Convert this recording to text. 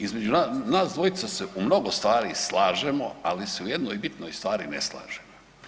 Između, nas dvojica se u mnogo stvari slažemo, ali se u jednoj bitnoj stvari ne slažemo.